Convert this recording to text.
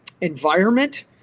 environment